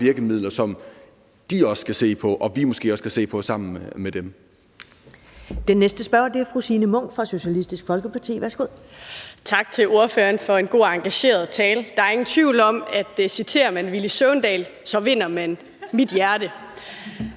virkemidler, som de skal se på, og som vi måske også skal se på sammen med dem.